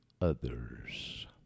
others